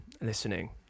listening